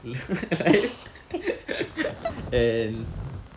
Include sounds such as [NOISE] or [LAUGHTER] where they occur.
[LAUGHS] life [LAUGHS] and